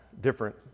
different